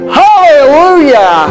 hallelujah